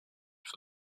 for